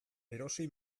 erosi